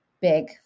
big